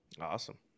Awesome